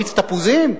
מיץ תפוזים?